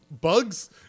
Bugs